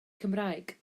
cymraeg